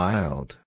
Wild